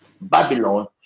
Babylon